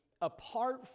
apart